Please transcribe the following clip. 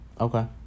Okay